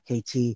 KT